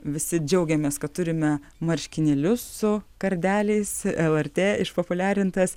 visi džiaugiamės kad turime marškinėlius su kardeliais lrt išpopuliarintas